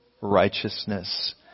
righteousness